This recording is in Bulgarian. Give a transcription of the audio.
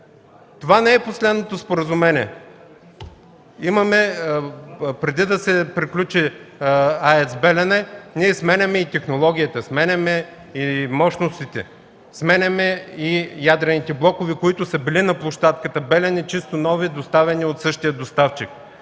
Това не е последното споразумение. Преди да се приключи АЕЦ „Белене”, ние сменяме и технологията, сменяме и мощностите, сменяме и ядрените блокове, които са били на площадката „Белене” – чисто нови, доставени от същия доставчик.